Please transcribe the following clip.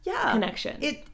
connection